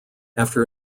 after